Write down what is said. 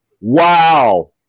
Wow